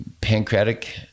pancreatic